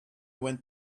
went